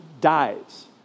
dies